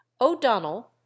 o'donnell